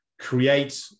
create